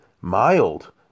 mild